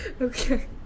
Okay